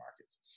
markets